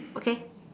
okay